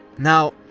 now,